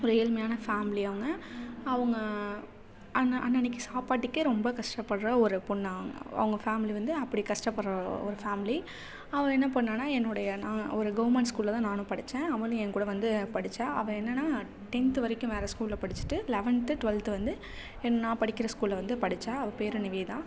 ஒரு ஏழ்மையான ஃபேமிலி அவங்க அவங்க அன்ன அன்னன்றைக்கி சாப்பாட்டுக்கே ரொம்ப கஷ்டப்படுற ஒரு பொண்ணா அவங்க ஃபேமிலி வந்து அப்படி கஷ்டப்படுற ஒரு ஃபேமிலி அவள் என்ன பண்ணான்னாள் என்னுடைய நான் ஒரு கவர்மெண்ட் ஸ்கூலில்தான் நானும் படித்தேன் அவளும் என் கூட வந்து படித்தா அவள் என்னென்னா டென்த்து வரைக்கும் வேறு ஸ்கூலில் படிச்சுட்டு லெவன்த்து ட்வெல்த்து வந்து ஏ நான் படிக்கிற ஸ்கூலில் வந்து படித்தா அவள் பேர் நிவேதா